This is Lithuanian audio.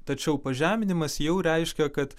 tačiau pažeminimas jau reiškia kad